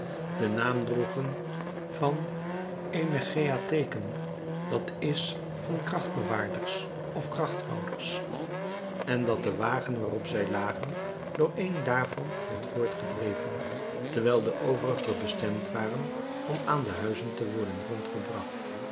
den naam droegen van energeiatheken d i van krachtbewaarders of krachthouders en dat de wagen waarop zij lagen door één daarvan werd voortgedreven terwijl de overige bestemd waren om aan de huizen te worden